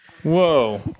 Whoa